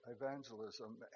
evangelism